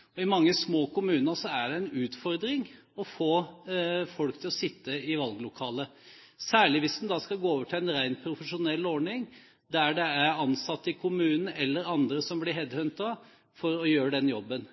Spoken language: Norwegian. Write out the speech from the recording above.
i, nemlig mange små kommuner. I mange små kommuner er det en utfordring å få folk til å sitte i valglokaler, særlig hvis en skal gå over til en ren profesjonell ordning der ansatte i kommunen eller andre som blir headhuntet, skal gjøre den jobben.